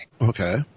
Okay